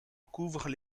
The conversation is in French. couvrent